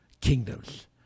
kingdoms